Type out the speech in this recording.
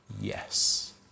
yes